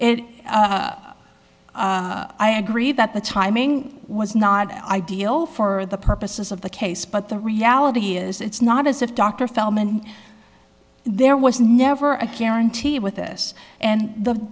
and i agree that the timing was not ideal for the purposes of the case but the reality is it's not as if dr feldman there was never a guarantee with us and the